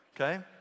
okay